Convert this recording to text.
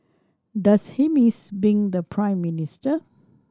does he miss being the Prime Minister